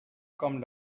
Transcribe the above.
come